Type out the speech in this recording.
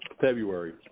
February